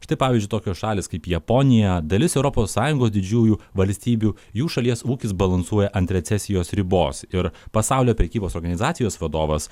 štai pavyzdžiui tokios šalys kaip japonija dalis europos sąjungos didžiųjų valstybių jų šalies ūkis balansuoja ant recesijos ribos ir pasaulio prekybos organizacijos vadovas